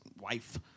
wife